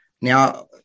Now